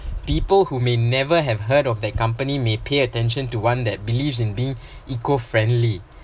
people who may never have heard of the company may pay attention to one that believes in being eco-friendly